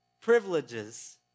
privileges